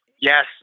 Yes